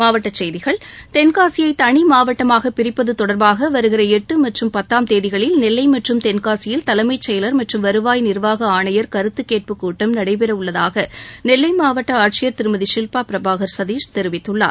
மாவட்ட செய்திகள் தென்காசியை தனி மாவட்டமாக பிரிப்பது தொடர்பாக வருகிற எட்டு மற்றும் பத்தாம் தேதிகளில் நெல்லை மற்றும் தென்காசியில் தலைமைச் செயலர் மற்றும் வருவாய் நிர்வாக ஆணையர் கருத்து கேட்புக் கூட்டம் நடைபெறவுள்ளதாக நெல்லை மாவட்ட ஆட்சியர் திருமதி ஷில்பா பிரபாகர் சதிஷ் தெரிவித்துள்ளார்